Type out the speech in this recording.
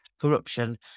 corruption